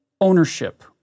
ownership